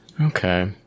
Okay